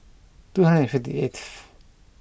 two hundred and fifty eighth